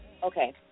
Okay